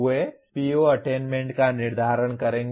वे PO attainment का निर्धारण करेंगे